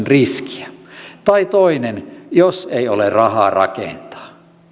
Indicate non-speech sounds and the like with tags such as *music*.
*unintelligible* riskiä tai toiseksi jos ei ole rahaa rakentaa